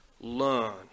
learn